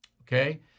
Okay